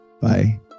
bye